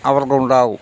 അവർക്കുണ്ടാവും